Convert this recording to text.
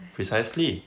precisely